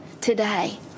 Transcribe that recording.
today